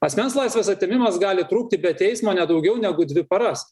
asmens laisvės atėmimas gali trukti be teismo ne daugiau negu dvi paras